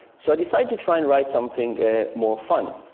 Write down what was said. so i decided to try and write something more fun.